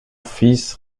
fils